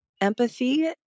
empathy